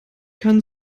kann